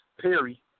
Perry